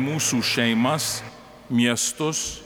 mūsų šeimas miestus